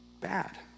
bad